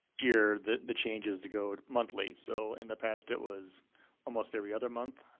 year, the the changes to go monthly. so in the past it was almost every other month,